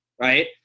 right